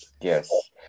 Yes